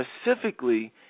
specifically